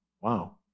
Wow